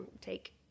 take